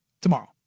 tomorrow